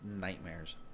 nightmares